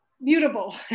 mutable